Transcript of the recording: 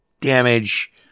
damage